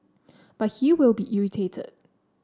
but he will be irritated